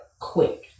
quick